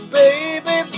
baby